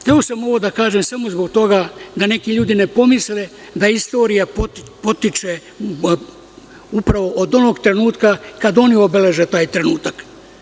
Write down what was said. Hteo sam ovo da kažem samo zbog toga, da neki ljudi ne pomisle da istorija potiče upravo od onog trenutka kada oni obeleže taj trenutak.